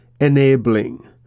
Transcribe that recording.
enabling